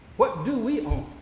what do we own?